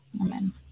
Amen